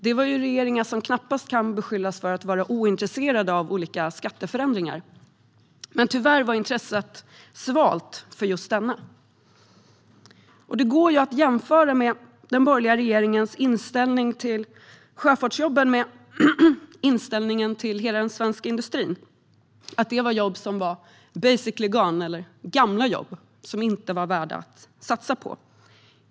Det var regeringar som knappast kan beskyllas för att vara ointresserade av olika skatteförändringar, men tyvärr var intresset svalt för just denna. Det går att jämföra den borgerliga regeringens inställning till sjöfartsjobben med inställningen till hela den svenska industrin - att det var jobb som var basically gone eller gamla jobb som inte var värda att satsa på.